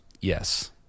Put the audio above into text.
Yes